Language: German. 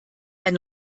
ein